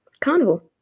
carnival